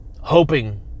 hoping